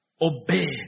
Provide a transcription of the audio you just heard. obey